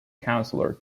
counselor